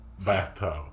bathtub